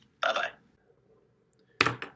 Bye-bye